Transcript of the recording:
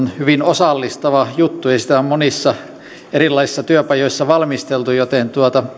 hyvin osallistava juttu ja sitä on monissa erilaisissa työpajoissa valmisteltu joten